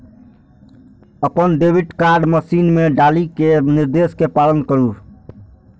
अपन debit card machine मे डालि कें निर्देश के पालन करु